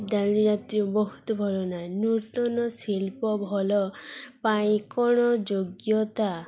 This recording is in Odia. ଡାଲିଯାତ୍ରୀ ବହୁତ ଭଲ ନାହିଁ ନୂର୍ତନ ଶିଳ୍ପ ଭଲ ପାଇଁ କଣ ଯୋଗ୍ୟତା